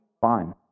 Fine